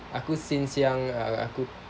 aku since young uh aku